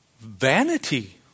vanity